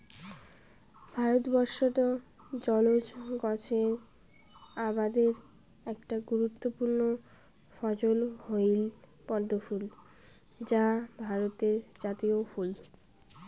ভারতবর্ষত জলজ গছের আবাদের একটা গুরুত্বপূর্ণ ফছল হইল পদ্মফুল যা ভারতের জাতীয় ফুল